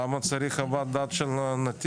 למה צריך להעביר לחוות דעת של נתיב?